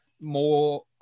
more